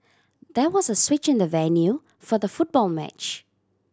there was a switch in the venue for the football match